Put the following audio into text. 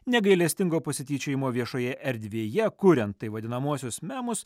negailestingo pasityčiojimo viešoje erdvėje kuriant taip vadinamuosius memus